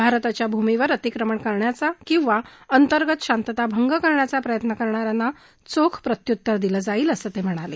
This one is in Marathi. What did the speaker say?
भारताच्या भूमीवर अतिक्रमण करण्याचा किंवा अंतर्गत शांतता भंग करण्याचा प्रयत्न करणा यांना चोख प्रत्युत्तर दिलं जाईल असं ते म्हणाले